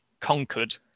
conquered